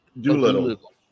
Doolittle